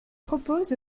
propose